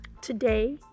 Today